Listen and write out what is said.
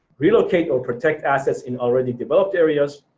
relocate or protect assets in already developed areas,